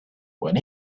when